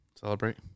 Celebrate